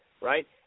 right